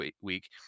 Week